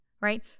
right